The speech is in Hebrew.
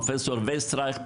אם זה פרופסור וסטרייך,